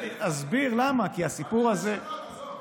באתם לשנות, עזוב.